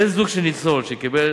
בן-זוג של ניצול שקיבל